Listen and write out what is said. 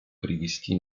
привести